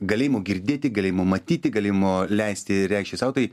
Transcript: galėjimo girdėti galėjimo matyti galėjimo leisti reikštis sau tai